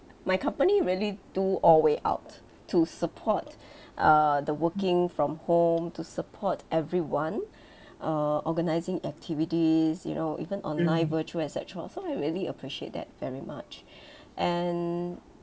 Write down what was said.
my company really do all way out to support err the working from home to support everyone err organising activities you know even online virtual et cetera so I really appreciate that very much and